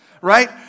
right